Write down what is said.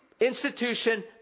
institution